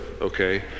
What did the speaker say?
okay